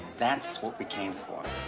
that's what we came for.